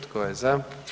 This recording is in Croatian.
Tko je za?